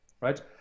right